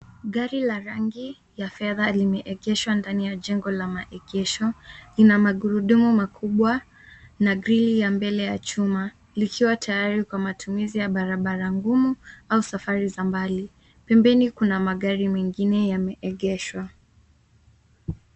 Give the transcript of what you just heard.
Gari la rangi ya fedha limeegeshwa ndani ya jengo la maegesho ina magurudumu makubwa na grili ya mbele ya chuma likiwa tayari kwa matumizi ya barabara ngumu au safari za mbali. Pembeni kuna magari mengine yameegeshwa.